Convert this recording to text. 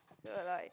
look alike